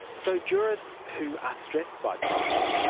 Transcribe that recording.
so jurors who are stressed by trials,